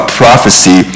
prophecy